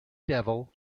devil